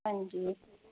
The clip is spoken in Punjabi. ਹਾਂਜੀ